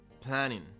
planning